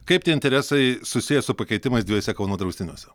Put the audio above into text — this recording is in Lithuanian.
kaip tie interesai susiję su pakeitimais dviejuose kauno draustiniuose